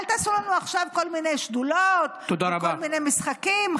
אל תעשו לנו עכשיו כל מיני שדולות וכל מיני משחקים.